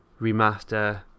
remaster